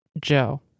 Joe